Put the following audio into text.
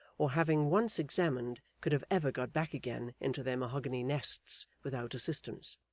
or having once examined, could have ever got back again into their mahogany nests without assistance.